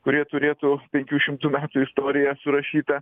kurie turėtų penkių šimtų metų istoriją surašytą